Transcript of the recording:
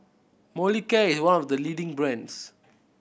Molicare is one of the leading brands